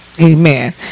Amen